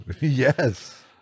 Yes